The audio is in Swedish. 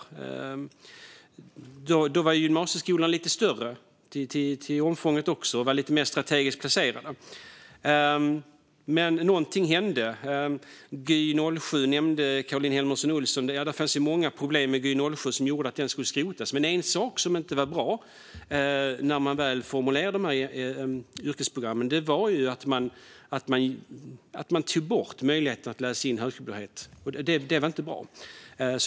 Då var också gymnasieskolorna lite större till omfånget och lite mer strategiskt placerade. Men något hände. Caroline Helmersson Olsson nämnde Gy 07. Ja, det fanns många problem med Gy 07 som gjorde att den skrotades. Men en sak som inte var bra när man väl formulerade yrkesprogrammen var att man tog bort möjligheten att läsa in högskolebehörighet. Det var inte bra.